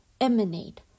emanate